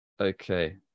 okay